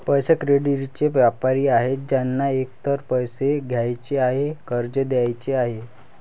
पैसे, क्रेडिटचे व्यापारी आहेत ज्यांना एकतर कर्ज घ्यायचे आहे, कर्ज द्यायचे आहे